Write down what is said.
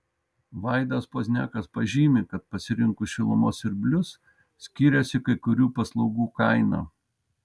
vaidas pozniakas pažymi kad pasirinkus šilumos siurblius skiriasi kai kurių paslaugų kaina